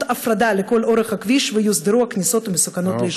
הפרדה לכל אורך הכביש ויוסדרו הכניסות המסוכנות ליישובים?